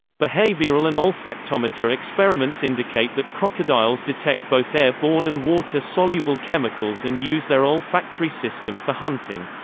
behavioural and olfactometer experiments indicate that crocodiles detect both air-borne and water-soluble chemicals and use their olfactory system for hunting.